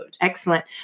Excellent